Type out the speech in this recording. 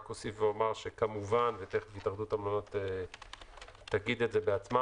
אני רק אוסיף ואומר שכמובן ותיכף התאחדות המלונות תגיד את זה בעצמה